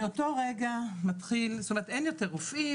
מאותו רגע מתחיל זאת אומרת אין יותר רופאים,